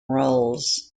roles